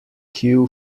queue